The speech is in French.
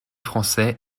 français